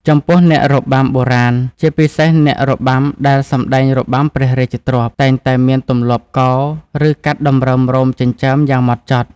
ចំពោះអ្នករបាំបុរាណ ជាពិសេសអ្នករបាំដែលសម្ដែងរបាំព្រះរាជទ្រព្យ តែងតែមានទម្លាប់កោរ ឬកាត់តម្រឹមរោមចិញ្ចើមយ៉ាងហ្មត់ចត់។